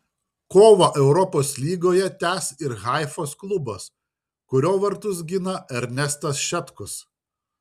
kovą europos lygoje tęs ir haifos klubas kurio vartus gina ernestas šetkus